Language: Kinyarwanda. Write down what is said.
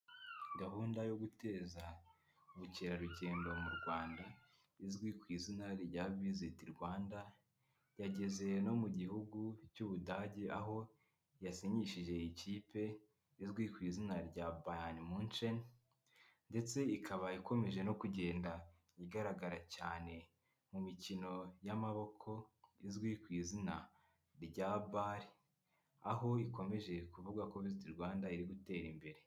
Gahunda yo guteza ubukerarugendo mu Rwanda izwi ku izina rya Visit Rwanda yageze no mu gihugu cy'u Budage aho yasinyishije ikipe izwi ku izina rya Bayern Munichen, ndetse ikaba ikomeje no kugenda igaragara cyane mu mikino y'amaboko izwi ku izina rya Bar aho bikomeje kuvugwa ko Visit Rwanda iri gutera imbere.